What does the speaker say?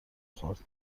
خورد